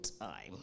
time